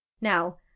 Now